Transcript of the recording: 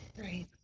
Right